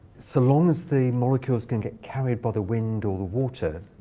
so long as the molecules can get carried by the wind or the water